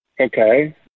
Okay